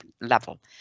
level